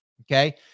Okay